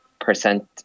percent